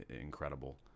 incredible